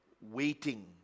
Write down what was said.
waiting